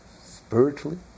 spiritually